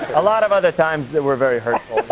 a lot of other times that were very hurtful, yeah.